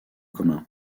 commun